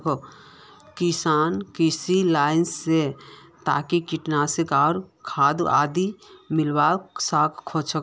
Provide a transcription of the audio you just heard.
कृषि लाइसेंस स तोक कीटनाशक आर खाद आदि मिलवा सख छोक